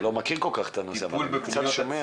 אני לא מכיר כל כך את הנושא, אבל אני קצת שומע.